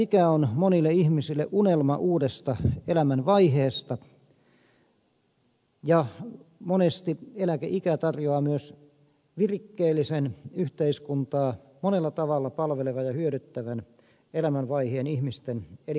eläkeikä on monille ihmisille unelma uudesta elämänvaiheesta ja monesti eläkeikä tarjoaa myös virikkeellisen yhteiskuntaa monella tavalla palvelevan ja hyödyttävän elämänvaiheen ihmisten elinkaaressa